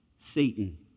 Satan